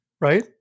right